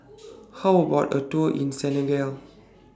How about A Tour in Senegal